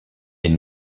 est